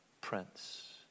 prince